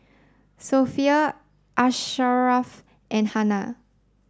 Sofea Asharaff and Hana